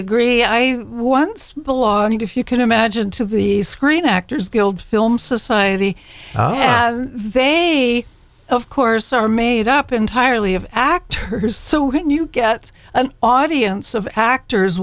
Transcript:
agree i once belonged if you can imagine to the screen actors guild film society they of course are made up entirely of actors so when you get an audience of actors